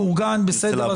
מאורגן בסדר,